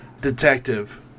detective